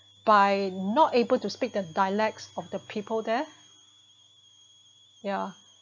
by not able to speak the dialects of the people there yeah